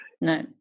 No